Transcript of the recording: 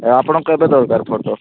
ଆପଣଙ୍କୁ କେବେ ଦରକାର ଫଟୋ